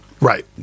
Right